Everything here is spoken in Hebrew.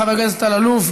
חבר הכנסת אלאלוף,